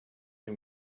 can